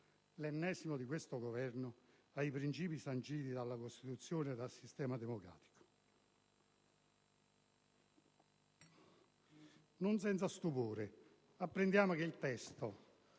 (l'ennesimo di questo Governo) ai principi sanciti dalla Costituzione e al sistema democratico. Non senza stupore apprendiamo che il testo,